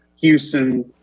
Houston